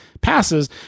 passes